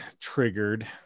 triggered